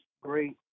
great